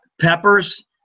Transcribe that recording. Peppers